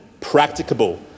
practicable